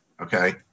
okay